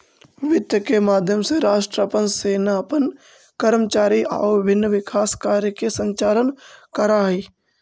वित्त के माध्यम से राष्ट्र अपन सेना अपन कर्मचारी आउ विभिन्न विकास कार्य के संचालन करऽ हइ